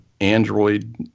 Android